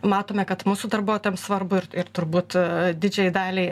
matome kad mūsų darbuotojam svarbu ir ir turbūt didžiajai daliai